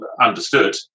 understood